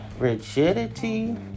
Rigidity